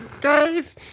guys